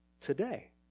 today